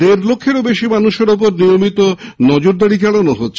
দেড় লক্ষেরও বেশী মানুষের ওপর নিয়মিত নজরদারী চালানো হচ্ছে